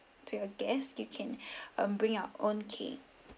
to your guests you can um bring your own cake